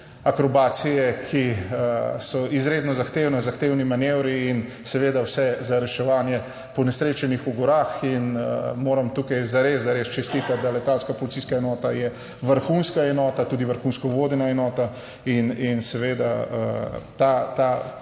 akrobacije, ki so izredno zahtevni manevri in seveda vse za reševanje ponesrečenih v gorah. In moram tukaj zares, zares čestitati, da letalska policijska enota je vrhunska enota, tudi vrhunsko vodena enota in seveda to